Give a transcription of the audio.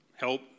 help